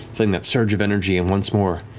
feeling that surge of energy, and once more,